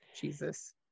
Jesus